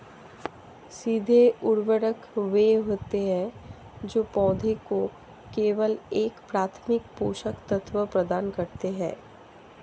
सीधे उर्वरक वे होते हैं जो पौधों को केवल एक प्राथमिक पोषक तत्व प्रदान करते हैं